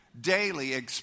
Daily